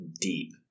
deep